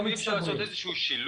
אולי אפשר לעשות שילוב,